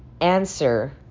answer